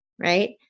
right